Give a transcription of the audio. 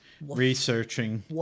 researching